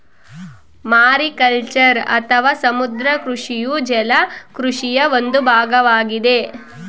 mariculture ಅಥವಾ ಸಮುದ್ರ ಕೃಷಿಯು ಜಲ ಕೃಷಿಯ ಒಂದು ಭಾಗವಾಗಿದೆ